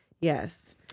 Yes